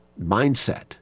mindset